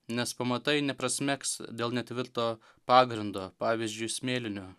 nes pamatai neprasmegs dėl netvirto pagrindo pavyzdžiui smėlinio